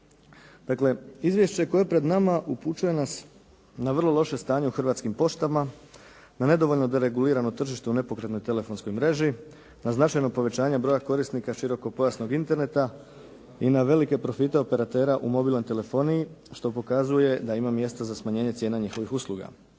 Dakle, izvješće koje je pred nama upućuje nas na vrlo loše stanje u Hrvatskim poštama, na nedovoljno regulirano tržište u nepokretnoj telefonskoj mreži, na značajno povećanje broja korisnika širokopojasnog interneta i na velike profite operatera u mobilnoj telefoniji što pokazuje da ima mjesta za smanjenje cijena njihovih usluga.